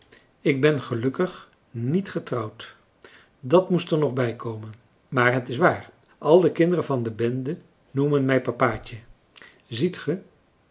ik ben gelukkig niet getrouwd dat moest er nog bijkomen maar het is waar al de kinderen van de bende noemen mij papaatje ziet ge